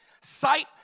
sight